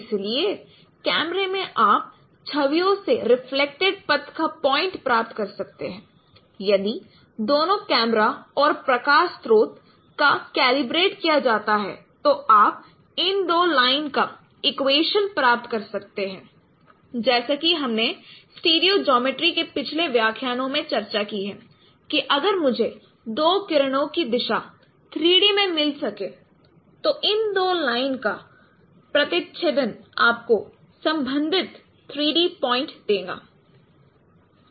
इसलिए कैमरे में आप छवियों से रिफ्लेक्टेड पथ का पॉइंट प्राप्त कर सकते हैं यदि दोनों कैमरा और प्रकाश स्रोत को कैलिब्रेट किया जाता है तो आप इन दो लाइन का इक्वेशन प्राप्त कर सकते हैं जैसा कि हमने स्टीरियो जॉमेट्री के पिछले व्याख्यानों में चर्चा की है कि अगर मुझे 2 किरणों की दिशा 3 डी में मिल सके तो इन दो लाइन का प्रतिच्छेदन आपको संबंधित 3 डी पॉइंट देगा